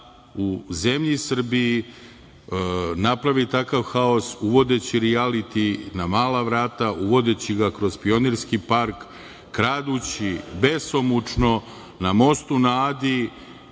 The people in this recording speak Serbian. u zemlji Srbiji, napravi takav haos uvodeći rijaliti na mala vrata, uvodeći ga kroz Pionirski park, kradući besomučno na mostu na Adi,